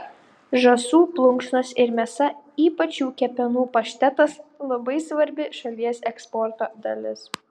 žąsų plunksnos ir mėsa ypač jų kepenų paštetas labai svarbi šalies eksporto dalis